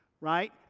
right